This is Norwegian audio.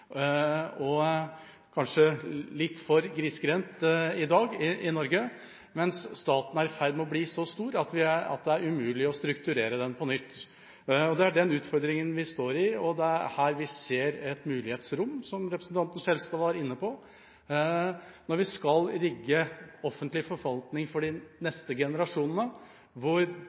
og kanskje litt for grisgrendt i Norge i dag, og staten som er i ferd med å bli så stor at det er umulig å strukturere den på nytt. Det er den utfordringen vi står overfor, og det er her vi ser et rom for muligheter, som representanten Skjelstad var inne på, når vi skal bygge offentlig forvaltning for de neste generasjonene